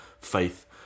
Faith